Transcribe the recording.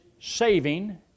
saving